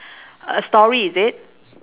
a story is it